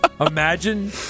Imagine